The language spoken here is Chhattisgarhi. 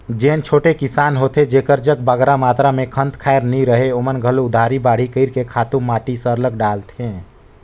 जेन छोटे किसान होथे जेकर जग बगरा मातरा में खंत खाएर नी रहें ओमन घलो उधारी बाड़ही कइर के खातू माटी सरलग डालथें